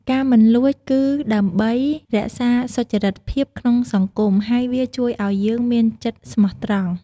ការមិនលួច គឺដើម្បីរក្សាសុចរិតភាពក្នុងសង្គម ហើយវាជួយឲ្យយើងមានចិត្តស្មោះត្រង់។